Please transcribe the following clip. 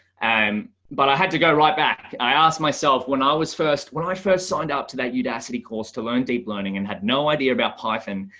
and but i had to go right back. i asked myself when i was first when i first signed up to that udacity course to learn deep learning and had no idea about python.